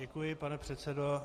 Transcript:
Děkuji, pane předsedo.